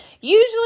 Usually